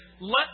let